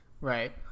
Right